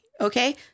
Okay